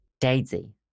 Daisy